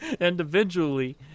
individually